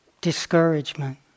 Discouragement